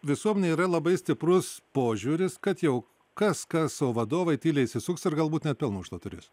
visuomenėj yra labai stiprus požiūris kad jau kas kas o vadovai tyliai įsisuks ir galbūt net pelno iš to turės